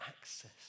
access